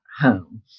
home